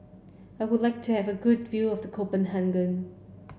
I would like to have a good view of the Copenhagen